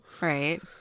Right